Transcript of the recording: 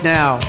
now